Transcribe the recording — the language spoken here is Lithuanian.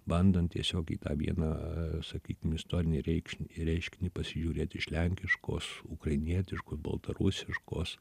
bandant tiesiogiai tą vieną sakykim istorinį reikšnį reiškinį pasižiūrėt iš lenkiškos ukrainietiškos baltarusiškos